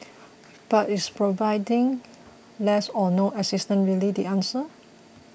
but is providing less or no assistance really the answer